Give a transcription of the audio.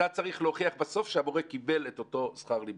אתה צריך להוכיח בסוף שהמורה קיבל את אותו שכר לימוד.